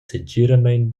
segiramein